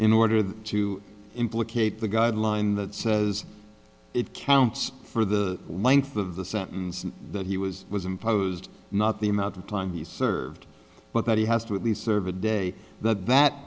in order to implicate the guideline that says it counts for the length of the sentence that he was was imposed not the amount of time he served but that he has to at least serve a day that that